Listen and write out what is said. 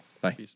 Bye